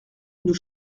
nous